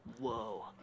Whoa